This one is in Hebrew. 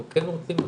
אנחנו כן רוצים,